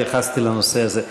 התייחסתי לנושא הזה,